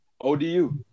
ODU